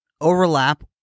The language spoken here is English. overlap